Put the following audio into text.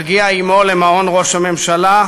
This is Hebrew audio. תגיע עמו למעון ראש הממשלה,